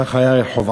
כך היה רחבעם,